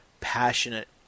passionate